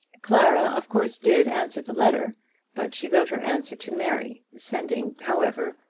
clara, of course, did answer the letter but she wrote her answer to mary, sending, however,